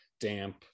damp